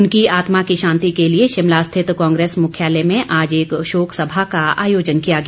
उनकी आत्मा की शांति के लिए शिमला स्थित कांग्रेस मुख्यालय में आज एक शोक सभा का आयोजन किया गया